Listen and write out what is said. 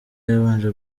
yabanje